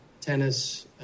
tennis